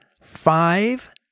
five